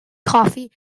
coffee